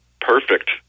perfect